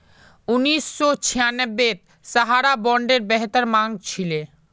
उन्नीस सौ छियांबेत सहारा बॉन्डेर बेहद मांग छिले